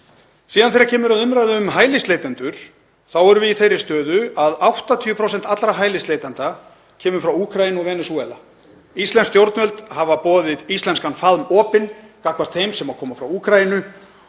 Síðan þegar kemur að umræðu um hælisleitendur þá erum við í þeirri stöðu að 80% allra hælisleitenda koma frá Úkraínu og Venesúela. Íslensk stjórnvöld hafa boðið íslenskan faðm opinn gagnvart þeim sem koma frá Úkraínu